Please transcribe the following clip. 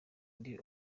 ndi